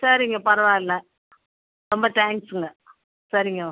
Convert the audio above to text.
சரிங்க பரவாயில்ல ரொம்ப தேங்க்ஸுங்க சரிங்க